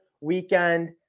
weekend